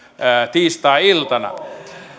tiistai iltana